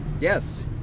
Yes